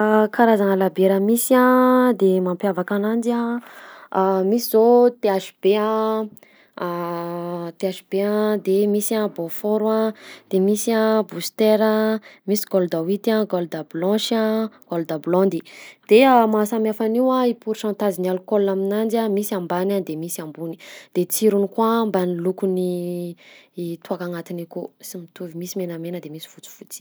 Karazagna labiera misy a de mampiavaka ananjy a: misy zao THB a, THB a, de misy a beaufort a, de misy a booster a, misy gold white, gold blanche a, gold blondy. De raha mahasamy hafa an'io a i poucentagen'ny alcool aminanjy a: misy ambany de misy ambony; de tsirony koa mban'ny lokony i toaka agnatiny akao sy mitovy, misy menamena de misy fotsifotsy.